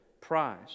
prize